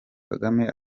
kagame